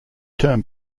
term